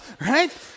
Right